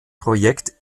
projekt